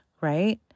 right